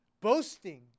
Boasting